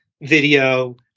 video